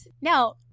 Now